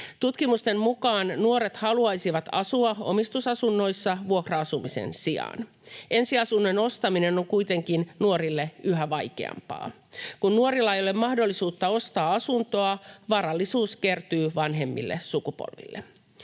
Tutkimusten mukaan nuoret haluaisivat asua omistusasunnoissa vuokra-asumisen sijaan. Ensiasunnon ostaminen on kuitenkin nuorille yhä vaikeampaa. Kun nuorilla ei ole mahdollisuutta ostaa asuntoa, varallisuus kertyy vanhemmille sukupolville.